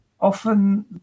often